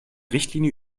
richtlinie